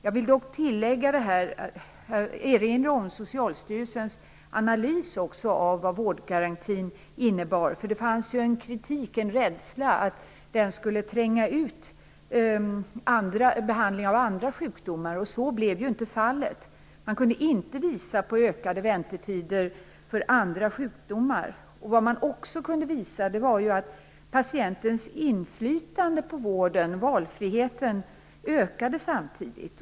Jag vill dock erinra om Socialstyrelsens analys av vårdgarantin. Det fanns ju en kritik och en rädsla för att den skulle tränga ut behandling av andra sjukdomar. Så blev inte fallet. Man kunde inte visa på ökade väntetider när det gällde andra sjukdomar. Man kunde visa att patientens inflytande på vården och valfriheten ökade.